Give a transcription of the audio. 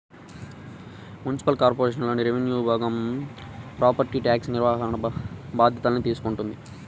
municipal కార్పొరేషన్లోని revenue విభాగం property tax నిర్వహణ బాధ్యతల్ని తీసుకుంటది